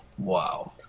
Wow